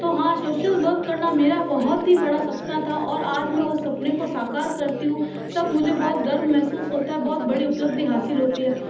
तो हाँ social work करना मेरा बहुत ही बड़ा सपना था और आज मैं उस सपने को साकार करती हूँ तब मुझे बहुत गर्व महसूस होता है बहुत बड़ी उपलब्धि हासिल होती है